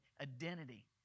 identity